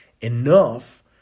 enough